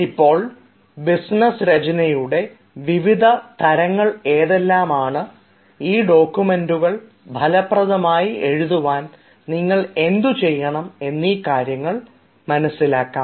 ഇപ്പോൾ ഈ ബിസിനസ്സ് രചനയുടെ വിവിധ തരങ്ങൾ ഏതെല്ലാമാണ് ഈ ഡോക്യുമെൻറ്റുകൾ ഫലപ്രദമായി എഴുതുവാൻ നിങ്ങൾ എന്തുചെയ്യണം